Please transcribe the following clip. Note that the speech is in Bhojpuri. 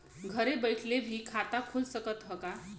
घरे बइठले भी खाता खुल सकत ह का?